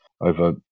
over